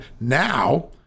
now